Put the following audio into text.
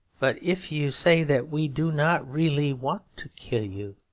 but if you say that we do not really want to kill you,